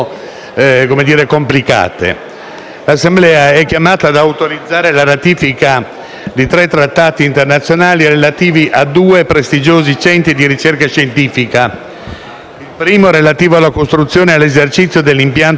L'Assemblea è chiamata ad autorizzare la ratifica di tre trattati internazionali, relativi a due prestigiosi centri di ricerca scientifica. Il primo è relativo alla costruzione e all'esercizio dell'impianto *laser* europeo a raggi X